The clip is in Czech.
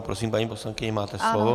Prosím, paní poslankyně, máte slovo.